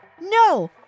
No